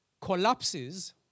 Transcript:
collapses